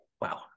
wow